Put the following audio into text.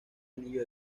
anillo